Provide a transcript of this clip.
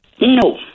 No